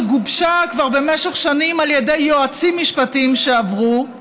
שגובשה כבר במשך שנים על ידי יועצים משפטיים שעברו,